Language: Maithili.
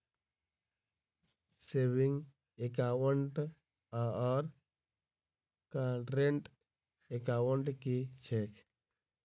सेविंग एकाउन्ट आओर करेन्ट एकाउन्ट की छैक?